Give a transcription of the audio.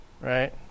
right